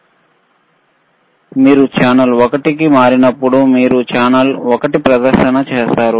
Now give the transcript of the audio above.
ఇప్పుడు మీరు ఛానెల్ ఒకటి మార్చినప్పుడు మీరు ఛానల్ ఒకటి ప్రదర్శన చేస్తారు